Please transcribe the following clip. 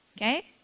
okay